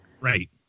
Right